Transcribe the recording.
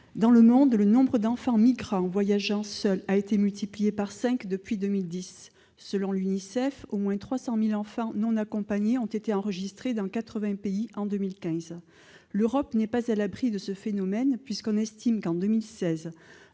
dans le monde, le nombre d'enfants migrants voyageant seuls a été multiplié par cinq depuis 2010. Selon l'UNICEF, au moins 300 000 enfants non accompagnés ont été enregistrés dans quatre-vingts pays en 2015. L'Europe n'est pas à l'abri de ce phénomène, puisque l'on estime qu'en 2016